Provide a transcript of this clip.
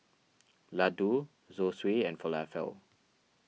Ladoo Zosui and Falafel